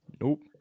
Nope